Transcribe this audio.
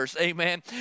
Amen